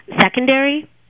secondary